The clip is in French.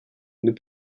nous